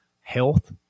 health